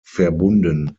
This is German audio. verbunden